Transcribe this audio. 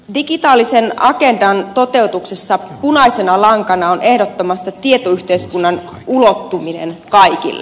digitaalisen agendan toteutuksessa punaisena lankana on ehdottomasti tietoyhteiskunnan ulottuminen kaikille